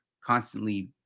constantly